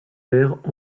d’air